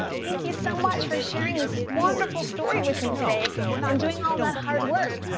thank you so much for sharing this wonderful story with me today and doing all that hard work.